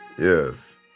Yes